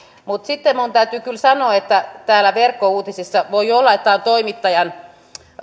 mutta sitten minun täytyy kyllä sanoa että voi olla että täällä verkkouutisissa tämä on toimittajan